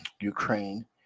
ukraine